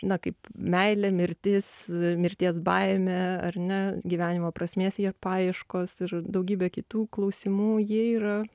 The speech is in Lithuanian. na kaip meilė mirtis mirties baimė ar ne gyvenimo prasmės paieškos ir daugybė kitų klausimų jie yra